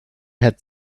had